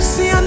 See